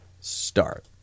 start